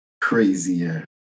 crazier